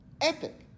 Epic